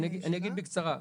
אני אגיד בקצרה.